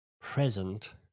present